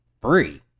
free